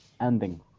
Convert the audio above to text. ending